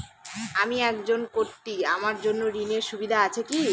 আমি একজন কট্টি আমার জন্য ঋণের সুবিধা আছে কি?